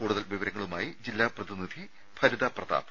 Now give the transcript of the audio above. കൂടുതൽ വിവരങ്ങളുമായി ജില്ലാ പ്രതിനിധി ഭരിത പ്രതാപ്